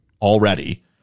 already